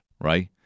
right